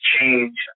change